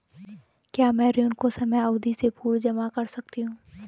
क्या मैं ऋण को समयावधि से पूर्व जमा कर सकती हूँ?